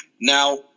Now